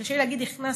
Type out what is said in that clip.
קשה לי להגיד "הכנסתי",